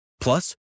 Plus